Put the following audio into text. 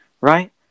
Right